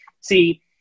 See